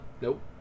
nope